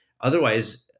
otherwise